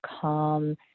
calm